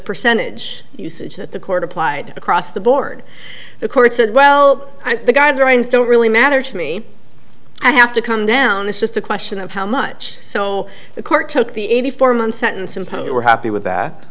percentage usage that the court applied across the board the court said well the guidelines don't really matter to me i have to come down this just a question of how much so the court took the eighty four month sentence imposed we're happy with that